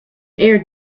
aired